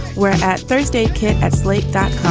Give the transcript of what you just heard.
we're at thursday kitteh at slate dot